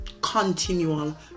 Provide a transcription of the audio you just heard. continual